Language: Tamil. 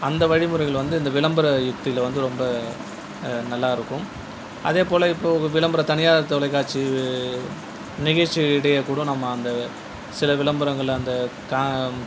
அந்த வழிமுறைகள் வந்து இந்த விளம்பர யுக்தியில் வந்து ரொம்ப நல்லாயிருக்கும் அதே போல இப்போ விளம்பர தனியார் தொலைக்காட்சி நிகழ்ச்சியிடையே கூட நம்ம அந்த சில விளம்பரங்கள் அந்த காம்